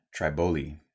Triboli